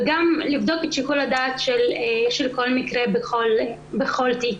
וגם לבדוק את שיקול הדעת של מקרה בכל תיק.